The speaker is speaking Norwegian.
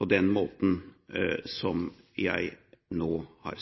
på den måten som jeg nå har